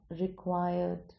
required